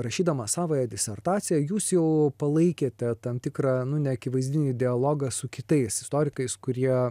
rašydama savąją disertaciją jūs jau palaikėte tam tikrą neakivaizdinį dialogą su kitais istorikais kurie